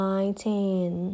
Nineteen